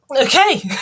Okay